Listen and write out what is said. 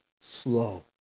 slow